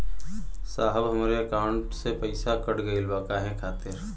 साहब हमरे एकाउंट से पैसाकट गईल बा काहे खातिर?